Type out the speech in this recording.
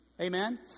Amen